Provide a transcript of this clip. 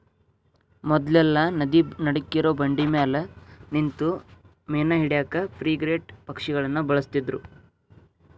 ಮೊದ್ಲೆಲ್ಲಾ ನದಿ ನಡಕ್ಕಿರೋ ಬಂಡಿಮ್ಯಾಲೆ ನಿಂತು ಮೇನಾ ಹಿಡ್ಯಾಕ ಫ್ರಿಗೇಟ್ ಪಕ್ಷಿಗಳನ್ನ ಬಳಸ್ತಿದ್ರು